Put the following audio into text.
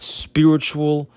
spiritual